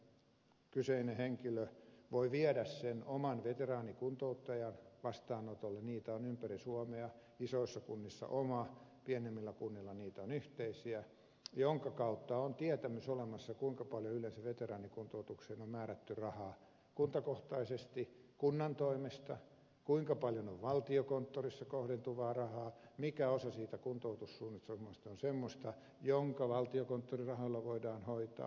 sen jälkeen kyseinen henkilö voi viedä sen oman veteraanikuntouttajan vastaanotolle niitä on ympäri suomea isoissa kunnissa oma pienemmillä kunnilla niitä on yhteisiä jonka kautta on tietämys olemassa kuinka paljon yleensä veteraanikuntoutukseen on määrätty rahaa kuntakohtaisesti kunnan toimesta kuinka paljon on valtiokonttorissa kohdentuvaa rahaa mikä osa siitä kuntoutussuunnitelmasta on semmoista joka valtiokonttorin rahoilla voidaan hoitaa